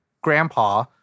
grandpa